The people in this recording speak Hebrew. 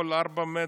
כל ארבעה מטרים,